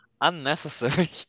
Unnecessary